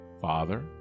Father